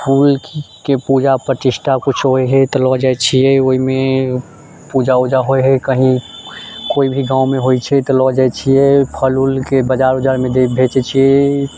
फूलके पूजा प्रतिष्ठा किछु होय हय तऽ लऽ जाइत छियै ओहिमे पूजा ओजा होय हय कहीँ कोइ भी गाँवमे होइत छै तऽ लऽ जाइत छियै फल ओलके बजार ओजारमे बेचैत छियै